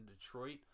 Detroit